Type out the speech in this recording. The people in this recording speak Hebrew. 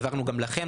העברנו גם לכם,